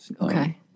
okay